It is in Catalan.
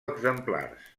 exemplars